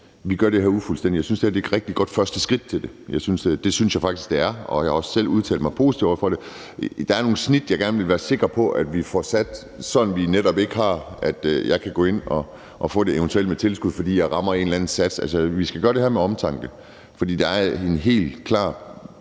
vi gjorde det her ufuldstændigt. Jeg synes, at det her er et rigtig godt første skridt. Det synes jeg faktisk at det er, og jeg har også selv udtalt mig positivt i forhold til det. Der er nogle snit, jeg gerne vil være sikker på at vi får lagt, sådan at det netop ikke er sådan, at jeg kan gå ind og få det, eventuelt med tilskud, fordi jeg rammer en eller anden vægt. Altså, vi skal gøre det her med omtanke. Der er helt klart